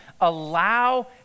allow